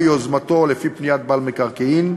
ביוזמתו או לפי פניית בעל מקרקעין,